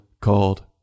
called